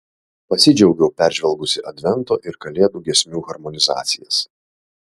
pasidžiaugiau peržvelgusi advento ir kalėdų giesmių harmonizacijas